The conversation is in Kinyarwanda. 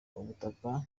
ubutaka